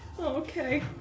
Okay